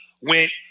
went